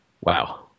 Wow